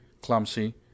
clumsy